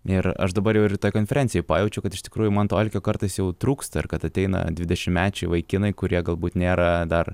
ir aš dabar jau ir toj konferencijoj pajaučiau kad iš tikrųjų man to alkio kartais jau trūksta ir kad ateina dvidešimečiai vaikinai kurie galbūt nėra dar